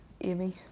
Amy